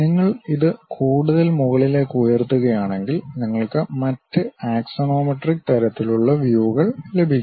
നിങ്ങൾ ഇത് കൂടുതൽ മുകളിലേക്ക് ഉയർത്തുകയാണെങ്കിൽ നിങ്ങൾക്ക് മറ്റ് ആക്സോണോമെട്രിക് തരത്തിലുള്ള വ്യൂകൾ ലഭിക്കും